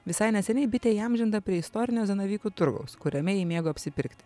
visai neseniai bitė įamžinta prie istorinio zanavykų turgaus kuriame ji mėgo apsipirkti